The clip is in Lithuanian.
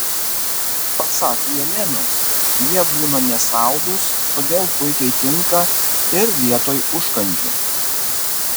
pasak jelenos jie būna nesaldūs todėl puikiai tinka ir vietoj užkandžių